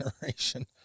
generation